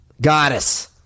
Goddess